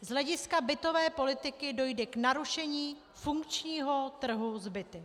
Z hlediska bytové politiky dojde k narušení funkčního trhu s byty.